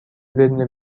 بدون